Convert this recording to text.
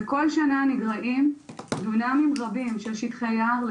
וכל שנה נגרעים דונמים רבים של שטחי יער,